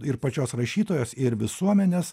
ir pačios rašytojos ir visuomenės